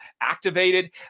activated